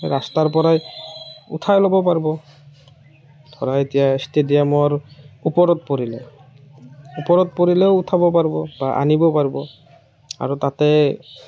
ৰাস্তাৰ পৰাই উঠাই ল'ব পাৰিব ধৰা এতিয়া ষ্টেডিয়ামৰ ওপৰত পৰিলে ওপৰত পৰিলেও উঠাব পাৰিব বা আনিব পাৰিব আৰু তাতে